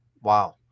Wow